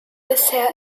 bisher